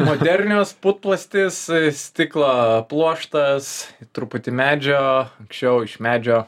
modernios putplastis stiklo pluoštas truputį medžio anksčiau iš medžio